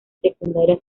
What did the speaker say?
secundaria